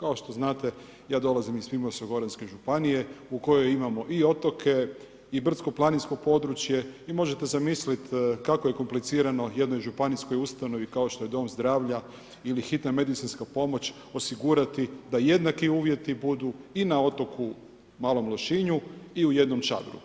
Kao što znate, ja dolazim iz Primorsko-goranske županije u kojoj imamo i otoke i brdsko-planinsko područje i možete zamisliti kako je komplicirano jednoj županijskoj ustanovi kao što je dom zdravlja ili hitna medicinska pomoć osigurati da jednaki uvjeti budu i na otoku Malom Lošinju i u jednom Čabru,